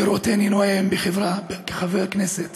לראותני נואם כחבר כנסת